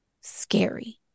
scary